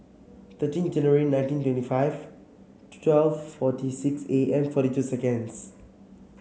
thirteen January nineteen twenty five twelve forty six A M forty two seconds